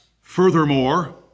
Furthermore